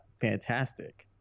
fantastic